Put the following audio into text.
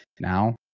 now